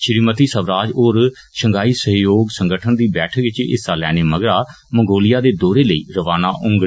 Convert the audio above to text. श्रीमति स्वराज होर षंघाई सहयोग संगठन दी बैठक इच हिस्सा लैने मगरा मनगोलिया दे दौरे लेई रवाना होगन